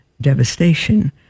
devastation